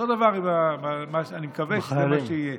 אותו דבר אני מקווה שיהיה,